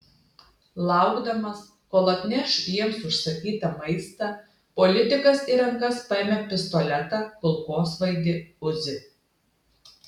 laukdamas kol atneš jiems užsakytą maistą politikas į rankas paėmė pistoletą kulkosvaidį uzi